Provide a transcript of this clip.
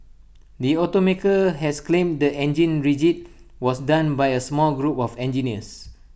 the automaker has claimed the engine rigging was done by A small group of engineers